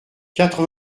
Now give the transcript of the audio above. quatre